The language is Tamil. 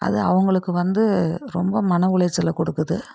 அது அவங்களுக்கு வந்து ரொம்ப மன உளைச்சலை கொடுக்குது